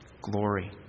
glory